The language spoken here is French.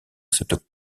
cette